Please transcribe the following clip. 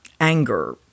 anger